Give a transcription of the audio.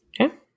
Okay